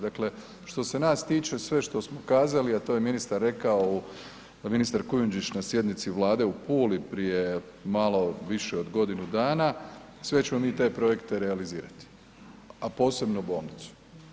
Dakle što se nas tiče sve što smo kazali a to je ministar rekao, ministar Kujundžić na sjednici Vlade u Puli prije malo više od godinu dana, sve ćemo mi te projekte realizirati a posebno bolnicu.